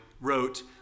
wrote